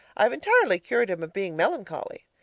i've entirely cured him of being melancholy.